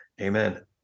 Amen